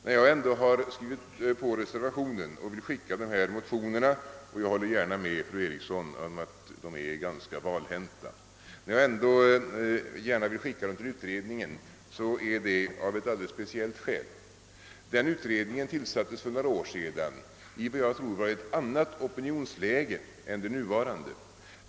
När jag ändå har skrivit under reservationen och således vill överlämna motionerna till den omnämnda utredningen — jag håller gärna med fru Eriksson om att de är ganska valhänta — så är det av ett alldeles speciellt skäl. Utredningen tillsattes för några år sedan i vad jag tror var ett annat opinionsläge än det nuvarande.